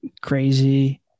crazy